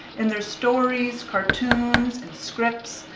in their stories, cartoons, and scripts,